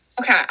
Okay